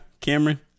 Cameron